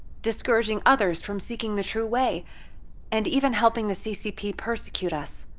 discouraging others from seeking the true way and even helping the ccp persecute us.